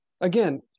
again